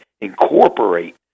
incorporate